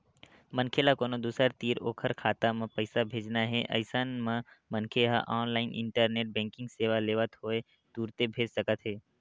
मनखे ल कोनो दूसर तीर ओखर खाता म पइसा भेजना हे अइसन म मनखे ह ऑनलाइन इंटरनेट बेंकिंग सेवा लेवत होय तुरते भेज सकत हे